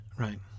Right